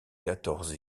quatorze